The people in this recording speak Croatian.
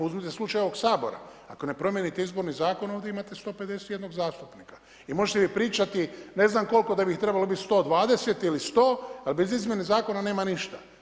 Uzmite slučaj ovog Sabora, ako ne promijenite izborni zakon ovdje imate 151 zastupnika i možete vi pričati ne znam koliko da bi ih trebalo biti 120 ili 100, ali bez izmjene zakona nema ništa.